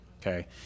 Okay